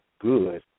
good